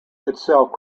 itself